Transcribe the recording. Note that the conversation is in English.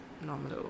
normal